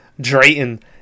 Drayton